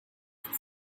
for